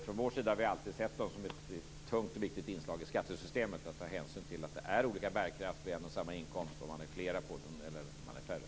Från vår sida har vi alltid sett det som ett tungt och viktigt inslag i skattesystemet för att ta hänsyn till att det är olika bärkraft vid en och samma inkomst om man är fler som lever på den eller om man är färre.